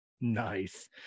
Nice